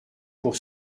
pour